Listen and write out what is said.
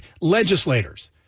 legislators